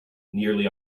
nearly